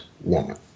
woman